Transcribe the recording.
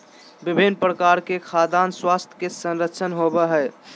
विभिन्न प्रकार के खाद्यान स्वास्थ्य के संरक्षण होबय हइ